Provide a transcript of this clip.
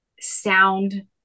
sound